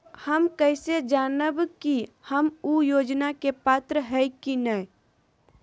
हम कैसे जानब की हम ऊ योजना के पात्र हई की न?